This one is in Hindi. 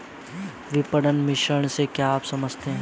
विपणन मिश्रण से आप क्या समझते हैं?